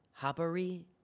Habari